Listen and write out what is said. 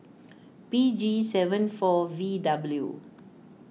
P G seven four V W